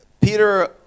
Peter